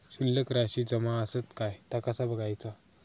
शिल्लक राशी जमा आसत काय ता कसा बगायचा?